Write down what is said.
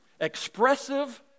Expressive